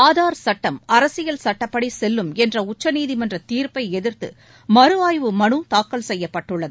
ஆதார் சட்டம் அரசியல் சட்டப்படி செல்லுமென்ற உச்சநீதிமன்றத் தீர்ப்பை எதிர்த்து மறு ஆய்வு மனு தாக்கல் செய்யப்பட்டுள்ளது